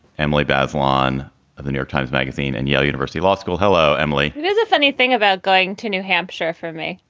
emily bazelon of the new york times magazine and yale university law school. hello, emily it is a funny thing about going to new hampshire for me.